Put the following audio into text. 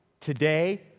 Today